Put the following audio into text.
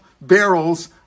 barrels